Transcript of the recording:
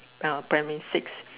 uh primary six